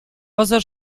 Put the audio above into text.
other